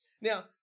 Now